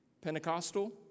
Pentecostal